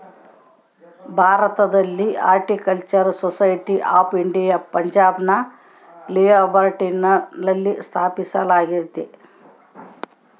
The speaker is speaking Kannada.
ಭಾರತದಲ್ಲಿ ಹಾರ್ಟಿಕಲ್ಚರಲ್ ಸೊಸೈಟಿ ಆಫ್ ಇಂಡಿಯಾ ಪಂಜಾಬ್ನ ಲಿಯಾಲ್ಪುರ್ನಲ್ಲ ಸ್ಥಾಪಿಸಲಾಗ್ಯತೆ